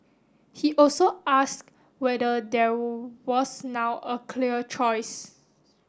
he also asked whether there was now a clear choice